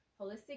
holistic